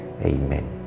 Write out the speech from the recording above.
Amen